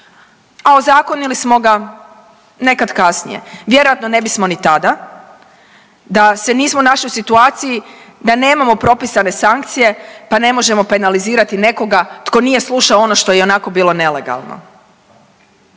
A ozakonili smo ga nekad kasnije. Vjerojatno ne bismo ni tada, da se nismo našli u situaciji da nemamo propisane sankcije pa ne možemo penalizirati nekoga tko nije slušao ono što je ionako bilo nelegalno.